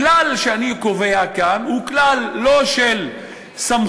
הכלל שאני קובע כאן הוא לא כלל של סמכות,